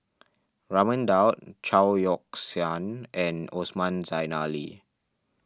Raman Daud Chao Yoke San and Osman Zailani